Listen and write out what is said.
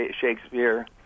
Shakespeare